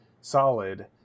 Solid